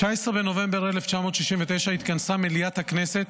ב-19 בנובמבר 1969 התכנסה מליאת הכנסת